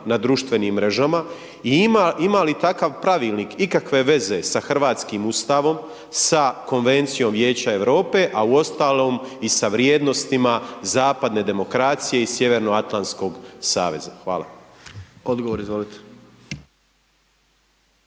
na društvenim mrežama i ima li takav pravilnik ikakve veze sa hrvatskim Ustavom, sa Konvencijom Vijeća Europe a uostalom i sa vrijednostima zapadne demokracije i Sjevernoatlantskog saveza? Hvala. **Jandroković,